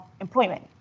employment